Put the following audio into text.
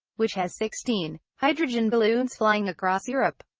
which has sixteen hydrogen balloons flying across europe.